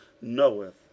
knoweth